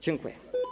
Dziękuję.